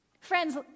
Friends